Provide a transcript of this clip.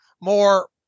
more